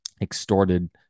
extorted